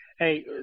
Hey